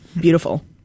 beautiful